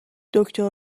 دکتر